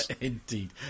indeed